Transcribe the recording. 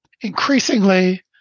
increasingly